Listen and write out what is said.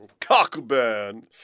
Cockburn